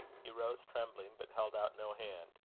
he rose, trembling, but held out no hand,